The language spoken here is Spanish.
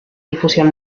difusión